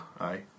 Aye